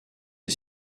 est